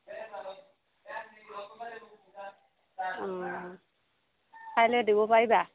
ও কাইলৈ দিব পাৰিবা